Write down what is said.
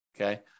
okay